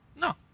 No